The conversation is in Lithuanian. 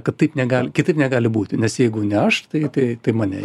kad taip negali kitaip negali būti nes jeigu ne aš tai tai tai mane